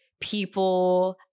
people